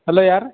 hello ಯಾರು